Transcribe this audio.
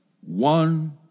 one